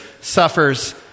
suffers